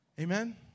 Amen